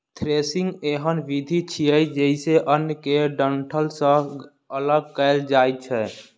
threshing एहन विधि छियै, जइसे अन्न कें डंठल सं अगल कैल जाए छै